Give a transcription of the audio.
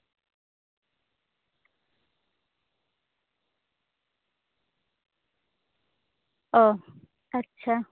ᱚ ᱟᱪᱪᱷᱟ